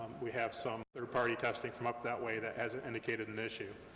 we have some third party testing from up that way that hasn't indicated an issue.